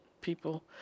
people